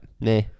nah